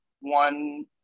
one